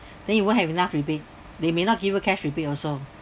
then you won't have enough rebate they may not give us cash rebate also